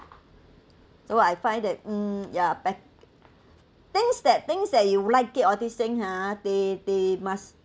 so I find that mm ya pack things that things that you'll like it all these thing hor they they must